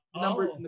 numbers